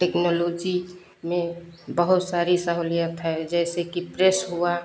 technology में बहुत सारी सहूलियत है जैसे कि प्रेस हुआ